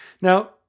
Now